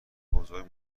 بزرگ